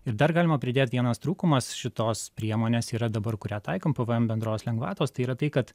ir dar galima pridėti vienas trūkumas šitos priemonės yra dabar kurią taikant pvm bendros lengvatos tai yra tai kad